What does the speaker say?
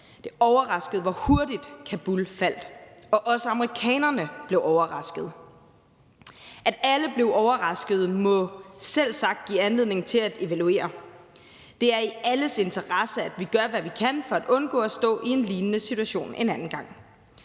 Det overraskede, hvor hurtigt Kabul faldt. Også amerikanerne blev overraskede. At alle blev overraskede, må selvsagt give anledning til at evaluere. Det er i alles interesse, at vi gør, hvad vi kan for at undgå at stå i en lignende situation en anden gang.